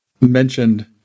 mentioned